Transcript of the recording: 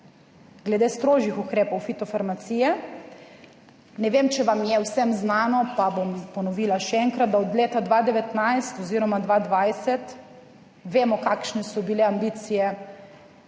glede strožjih ukrepov fitofarmacije. Ne vem, če vam je vsem znano, pa bom ponovila še enkrat, da od leta 2019 oziroma 2020 vemo kakšne so bile ambicije